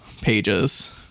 pages